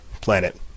planet